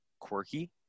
quirky